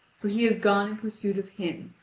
for he is gone in pursuit of him,